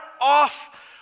off